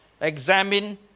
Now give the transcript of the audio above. Examine